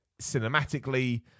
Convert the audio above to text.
cinematically